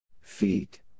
Feet